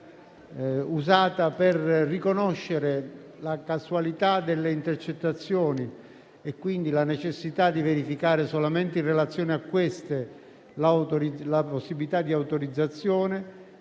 usata per riconoscere la casualità delle intercettazioni e, quindi, la necessità di verificare, solamente in relazione a questa, la possibilità di autorizzazione